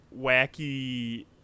wacky